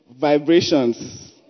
vibrations